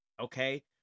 okay